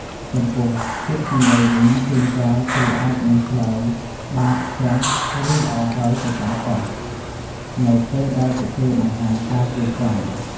ចំពោះពាក្យសម្ដីវិញ ជួនកាល គ្រូអាចនឹងឆ្លើយ បាទ ចាស ឬ ល្អហើយទៅកាន់សិស្ស នៅពេលដែលពួកគេបង្ហាញការគួរសម។